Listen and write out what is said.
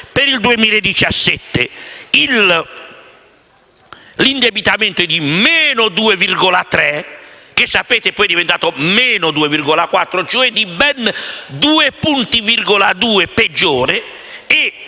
per il 2017 l'indebitamento è di meno 2,3, che - sapete - poi è diventato meno 2,4, e cioè peggiore